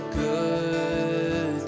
good